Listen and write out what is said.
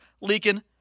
leaking